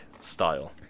style